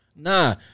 Nah